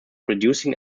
reducing